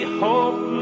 hope